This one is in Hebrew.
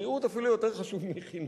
בריאות אפילו יותר חשוב מחינוך.